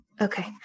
okay